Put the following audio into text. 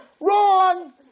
Wrong